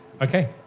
Okay